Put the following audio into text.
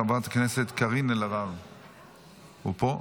הוא פה?